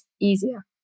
easier